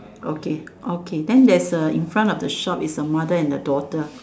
okay okay then there's the in front of the shop is the mother and the daughter